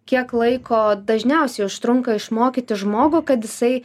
kiek laiko dažniausiai užtrunka išmokyti žmogų kad jisai